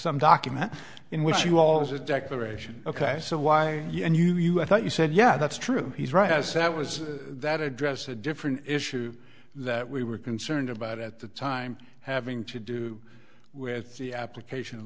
was a declaration ok so why you and you you i thought you said yeah that's true he's right as that was that address a different issue that we were concerned about at the time having to do with the application of